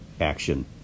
action